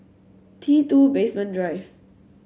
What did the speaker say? T Two Basement Drive